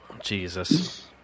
jesus